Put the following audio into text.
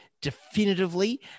definitively